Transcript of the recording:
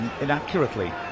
inaccurately